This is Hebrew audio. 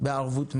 בערבות מדינה.